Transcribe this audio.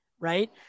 right